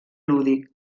lúdic